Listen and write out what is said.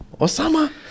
Osama